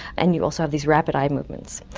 and you also have these rapid eye movements,